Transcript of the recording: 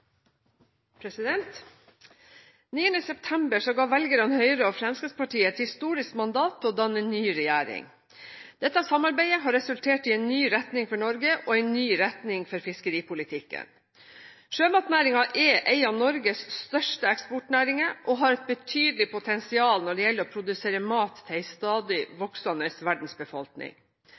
september ga velgerne Høyre og Fremskrittspartiet et historisk mandat til å danne ny regjering. Dette samarbeidet har resultert i en ny retning for Norge og en ny retning for fiskeripolitikken. Sjømatnæringen er en av Norges største eksportnæringer og har et betydelig potensial når det gjelder å produsere mat til en stadig voksende verdensbefolkning.